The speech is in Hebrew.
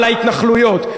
על ההתנחלויות.